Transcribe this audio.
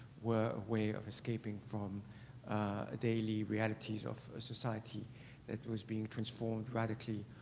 were a way of escaping from ah daily realities of society that was being transformed radically.